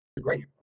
great